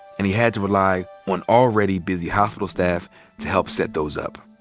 and he had to rely on already busy hospital staff to help set those up.